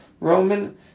Roman